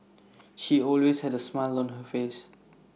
she always had A smile on her face